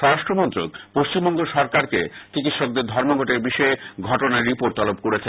স্বরাষ্ট্রমন্ত্রক পশ্চিমবঙ্গ সরকারকে চিকিৎসকদের ধর্মঘটের বিষয়ের ঘটনায় রিপোর্ট তলব করেছে